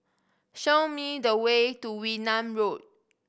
show me the way to Wee Nam Road